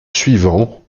suivant